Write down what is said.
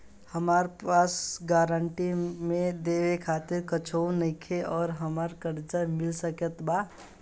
हमरा पास गारंटी मे देवे खातिर कुछूओ नईखे और हमरा कर्जा मिल सकत बा?